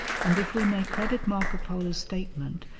and if we may credit marco polo's statement,